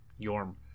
Yorm